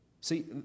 See